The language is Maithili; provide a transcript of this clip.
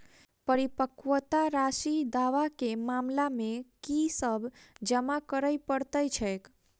परिपक्वता राशि दावा केँ मामला मे की सब जमा करै पड़तै छैक?